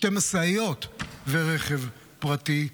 שתי משאיות ורכב פרטי,